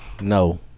No